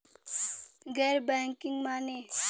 गैर बैंकिंग माने?